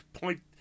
point